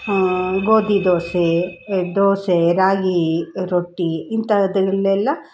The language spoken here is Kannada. ಗೋಧಿ ದೋಸೆ ದೋಸೆ ರಾಗಿ ರೊಟ್ಟಿ ಇಂಥದ್ದಲ್ಲೆಲ್ಲ